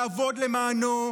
לעבוד למענו,